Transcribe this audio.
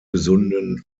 gesunden